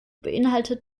beinhaltet